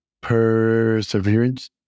perseverance